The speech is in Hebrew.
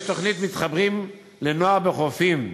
יש תוכנית "מתחברים לנוער בחופים",